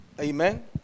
Amen